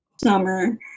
summer